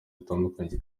zitandukanye